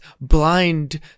blind